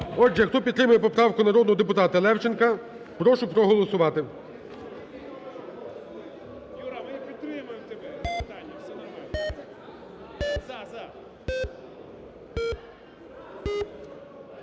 Отже, хто підтримує поправку народного депутата Левченка, прошу проголосувати.